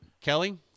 Kelly